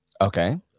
Okay